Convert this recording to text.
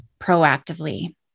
proactively